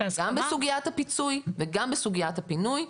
גם בסוגיית הפיצוי וגם בסוגיית הפינוי.